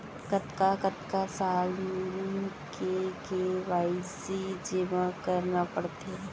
कतका कतका साल म के के.वाई.सी जेमा करना पड़थे?